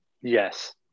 yes